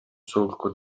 solco